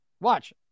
Watch